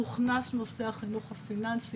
הוכנס נושא החינוך הפיננסי.